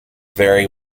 very